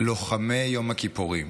לוחמי יום הכיפורים,